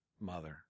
mother